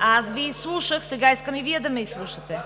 Аз Ви изслушах, сега искам и Вие да ме изслушате.